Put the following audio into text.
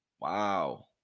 Wow